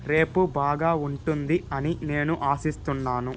రేపు బాగా ఉంటుంది అని నేను ఆశిస్తున్నాను